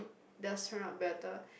does turn out better